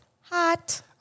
hot